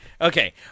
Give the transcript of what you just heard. Okay